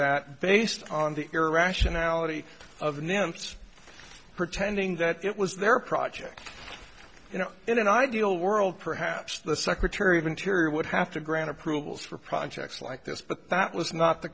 that based on the irrationality of the nems pretending that it was their project you know in an ideal world perhaps the secretary of interior would have to grant approvals for projects like this but that was not the